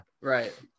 Right